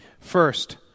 First